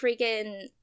freaking